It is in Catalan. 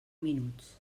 minuts